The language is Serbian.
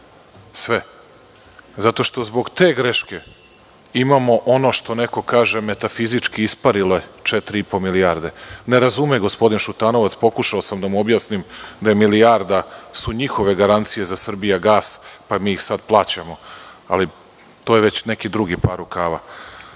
Sve. Zato što zbog te greške imamo ono što neko kaže metafizički isparile četiri i po milijarde. Ne razume gospodin Šutanovac, pokušao sam da mu objasnim, da je milijarda njihovih garancije za „Srbijagas“, pa ih mi sada plaćamo, ali to je već neki drugi par rukava.